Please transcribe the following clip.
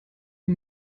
ihm